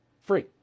free